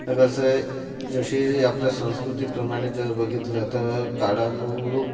आता कसं आहे जसे आपल्या संस्कृती प्रमाणे जर बघितलं तर काळानुरूप